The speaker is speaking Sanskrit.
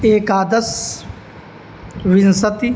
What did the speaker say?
एकादश विंशतिः